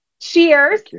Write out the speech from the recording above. Cheers